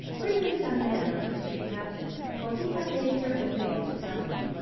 bring this young man unto the chief captain for he hath a certain thing to tell him.